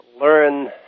learn